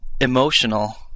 emotional